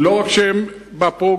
לא רק שהן בפרוגרמה,